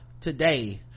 today